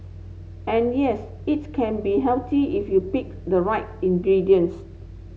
and yes it can be healthy if you pick the right ingredients